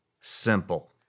simple